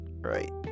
Right